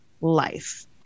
life